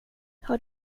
har